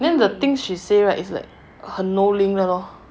then the thing she say right is like her 很 no link 的咯